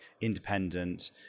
independent